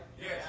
Yes